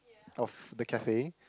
of the cafe